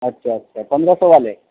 اچھا اچھا پندرہ سو والے